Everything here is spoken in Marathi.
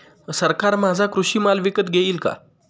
सरकार माझा कृषी माल विकत घेईल का?